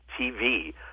TV